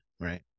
right